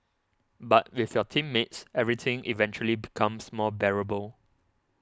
but with your teammates everything eventually becomes more bearable